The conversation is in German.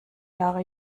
jahre